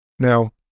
Now